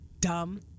dumb